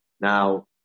Now